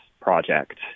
project